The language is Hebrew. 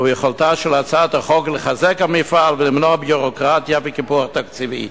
וביכולתה של הצעת החוק לחזק את המפעל ולמנוע ביורוקרטיה וקיפוח תקציבי.